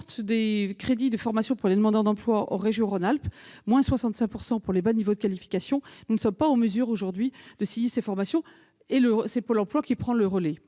des crédits de formation pour les demandeurs d'emploi en région Rhône-Alpes-une diminution de 65 % pour les bas niveaux de qualification -, nous ne sommes pas en mesure de signer ces formations, et c'est Pôle emploi qui prend le relais.